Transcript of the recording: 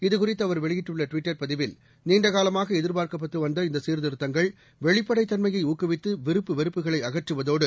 இதுகுறித்துஅவர் வெளியிட்டுள்ளட்விட்டர் பதிவில் நீண்டகாலமாகஎதிர்பார்க்கப்பட்டுவந்த இந்தசீர்திருத்தங்கள் வெளிப்படைத் தள்மையைஊக்குவித்து விருப்பு வெறுப்புகளைஅகற்றுவதோடு